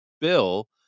Bill